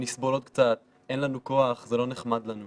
טוב, נסבול עוד קצת, אין לנו כוח, זה לא נחמד לנו.